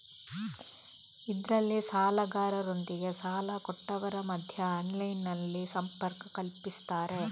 ಇದ್ರಲ್ಲಿ ಸಾಲಗಾರರೊಂದಿಗೆ ಸಾಲ ಕೊಟ್ಟವರ ಮಧ್ಯ ಆನ್ಲೈನಿನಲ್ಲಿ ಸಂಪರ್ಕ ಕಲ್ಪಿಸ್ತಾರೆ